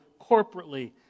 corporately